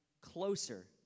closer